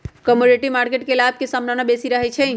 commodity market में लाभ के संभावना बेशी रहइ छै